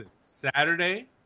Saturday